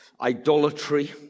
idolatry